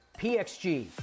PXG